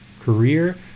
career